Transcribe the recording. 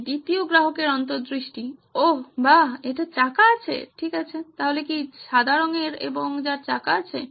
এই দ্বিতীয় গ্রাহকের অন্তর্দৃষ্টি ওহ্ বাহ্ এটার চাকা আছে ঠিক আছে তাহলে কি সাদা রংয়ের এবং যার চাকা আছে